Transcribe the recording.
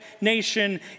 nation